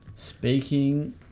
Speaking